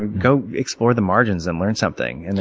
and go explore the margins and learn something. and